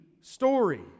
story